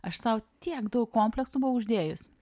aš sau tiek daug kompleksų buvau uždėjus